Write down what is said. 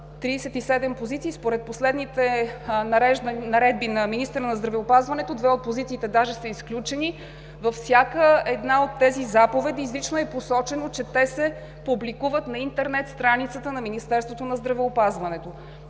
37 позиции. Според последните наредби на министъра на здравеопазването, две от позициите даже са изключени. Във всяка една от тези заповеди изрично е посочено, че те се публикуват на интернет страницата на Министерството на здравеопазването.